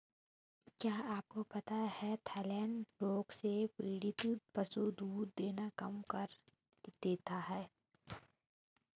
क्या आपको पता है थनैला रोग से पीड़ित पशु दूध देना कम कर देता है?